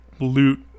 loot